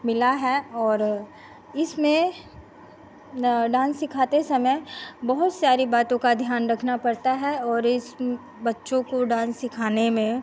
मिला है और इसमें डान्स सिखाते समय बहुत सारी बातों का ध्यान रखना पड़ता है और इन बच्चों को डान्स सिखाने में